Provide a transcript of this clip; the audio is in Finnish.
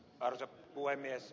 arvoisa puhemies